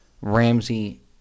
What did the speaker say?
Ramsey